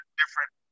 different